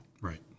Right